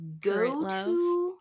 go-to